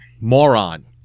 moron